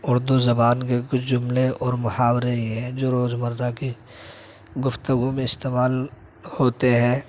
اردو زبان کے کچھ جملے اور محاورے ہی ہیں جو روز مرہ کی گفتگو میں استعمال ہوتے ہیں